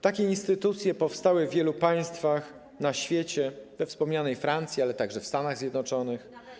Takie instytucje powstały w wielu państwach na świecie: we wspomnianej Francji, ale także w Stanach Zjednoczonych.